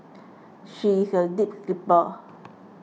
she is a deep sleeper